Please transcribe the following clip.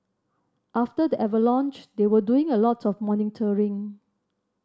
after the avalanche they were doing a lot of monitoring